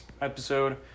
episode